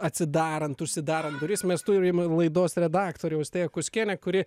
atsidarant užsidarant duris mes turim ir laidos redaktorė austėja kuskienė kuri